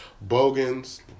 Bogans